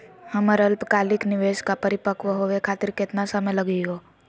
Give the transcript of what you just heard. हमर अल्पकालिक निवेस क परिपक्व होवे खातिर केतना समय लगही हो?